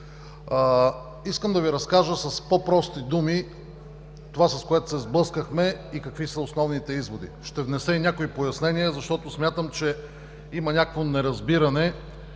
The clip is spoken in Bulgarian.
Искам да Ви разкажа с по-прости думи това, с което се сблъскахме и какви са основните изводи. Ще внеса и някои пояснения, защото смятам, че има някакво неразбиране.